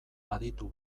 aditu